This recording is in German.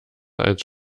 als